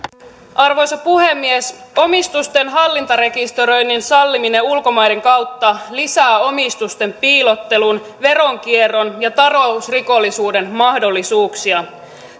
arvoisa puhemies omistusten hallintarekisteröinnin salliminen ulkomaiden kautta lisää omistusten piilottelun veronkierron ja talousrikollisuuden mahdollisuuksia